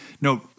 No